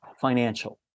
financial